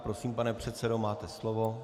Prosím, pane předsedo, máte slovo.